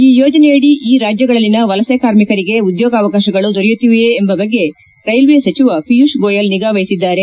ಈ ಯೋಜನೆಯಡಿ ಈ ರಾಜ್ಯಗಳಲ್ಲಿನ ವಲಸೆ ಕಾರ್ಮಿಕರಿಗೆ ಉದ್ಯೋಗಾವಕಾಶಗಳು ದೊರೆಯುತ್ತಿವೆಯೇ ಎಂಬ ಬಗ್ಗೆ ಕೈಲ್ವೆ ಸಚಿವ ಪಿಯೂಷ್ ಗೋಯಲ್ ನಿಗಾ ವಹಿಸಿದ್ದಾರೆ